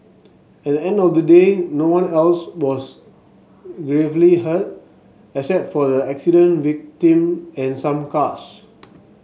at the end of the day no one else was gravely hurt except for the accident victim and some cars